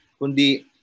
kundi